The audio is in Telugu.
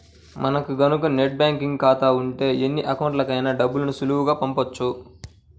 మనకి గనక నెట్ బ్యేంకింగ్ ఖాతా ఉంటే ఎన్ని అకౌంట్లకైనా డబ్బుని సులువుగా పంపొచ్చు